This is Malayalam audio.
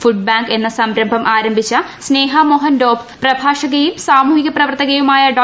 ഫുഡ് ബാങ്ക് എന്ന സംരംഭം ആരംഭിച്ച സ്നേഹ മോഹൻ ഡോബ് പ്രഭാഷകയും സാമൂഹ്യ പ്രവർത്തകയുമായ ഡോ